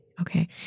okay